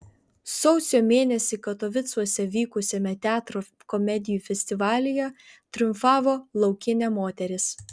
sausio mėnesį katovicuose vykusiame teatro komedijų festivalyje triumfavo laukinė moteris